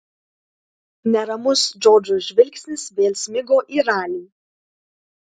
neramus džordžo žvilgsnis vėl smigo į ralį